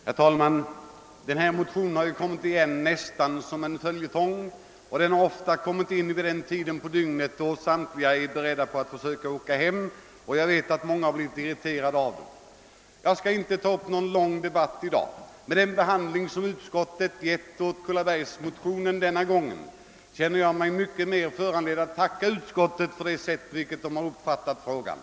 Herr talman! Motioner i detta ärende har kommit igen nästan som en följetong. Ofta har de behandlats vid en tid på dygnet då samtliga ledamöter är beredda att försöka åka hem, och jag vet att många därför har irriterats av dem. Jag skall inte ta upp någon lång debatt i dag. Efter den behandling som utskottet givit Kullabergsmotionerna denna gång känner jag mig snarare föranledd att tacka utskottet för det sätt på vilket det har uppfattat frågan.